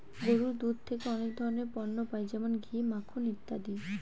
গরুর দুধ থেকে অনেক ধরনের পণ্য পাই যেমন ঘি, মাখন ইত্যাদি